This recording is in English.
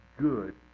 good